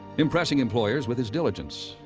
impressing employers with his diligence,